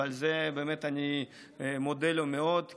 ועל זה באמת אני מודה לו מאוד,